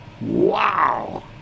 Wow